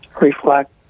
reflect